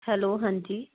hello ਹਾਂਜੀ